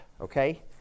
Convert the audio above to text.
okay